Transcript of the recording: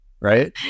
Right